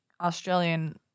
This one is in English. Australian